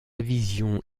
vision